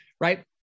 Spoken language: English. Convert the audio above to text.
Right